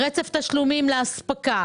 רצף תשלומים לאספקה,